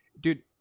dude